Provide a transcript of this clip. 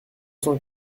cent